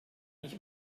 ich